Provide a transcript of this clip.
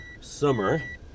summer